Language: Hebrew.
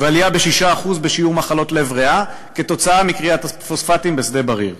ועלייה של 6% בשיעור מחלות לב-ריאה בגלל כריית הפוספטים בשדה-בריר.